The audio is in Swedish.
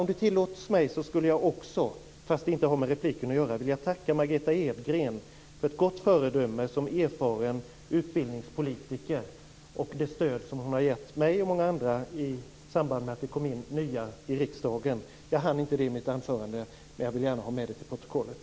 Om det tillåts mig skulle jag också, fast det inte har med repliken att göra, vilja tacka Margitta Edgren för ett gott föredöme som erfaren utbildningspolitiker och för det stöd som hon har gett mig och många andra i samband med att vi kom in som nya i riksdagen. Jag hann inte det i mitt anförande, men jag vill gärna ha med det till protokollet.